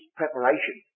preparation